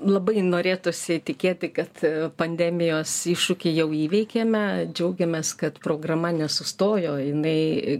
labai norėtųsi tikėti kad pandemijos iššūkį jau įveikėme džiaugiamės kad programa nesustojo jinai